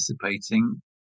participating